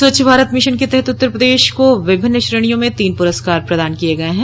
स्वच्छ भारत मिशन के तहत उत्तर प्रदेश को विभिन्न श्रेणियों में तीन पुरस्कार प्रदान किए गए हैं